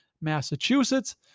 Massachusetts